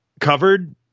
covered